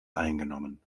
eingenommen